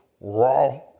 raw